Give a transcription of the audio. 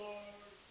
Lord